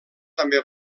també